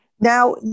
Now